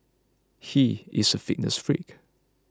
he is a fitness freak